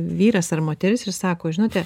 vyras ar moteris ir sako žinote